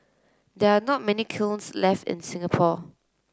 there are not many kilns left in Singapore